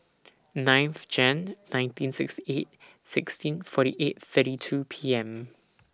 ninth Jane nineteen sixty eight sixteen forty eight thirty two P M